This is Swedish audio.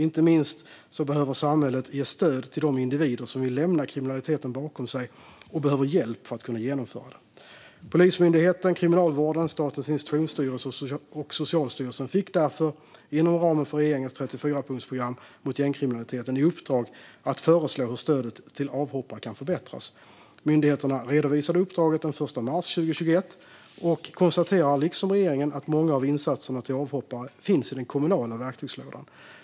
Inte minst behöver samhället ge stöd till de individer som vill lämna kriminaliteten bakom sig och behöver hjälp för att kunna genomföra det. Polismyndigheten, Kriminalvården, Statens institutionsstyrelse och Socialstyrelsen fick därför, inom ramen för regeringens 34-punktsprogram mot gängkriminaliteten, i uppdrag att föreslå hur stödet till avhoppare kan förbättras. Myndigheterna redovisade uppdraget den 1 mars 2021 och konstaterar, liksom regeringen, att många av insatserna till avhoppare finns i den kommunala verktygslådan.